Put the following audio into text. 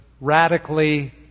radically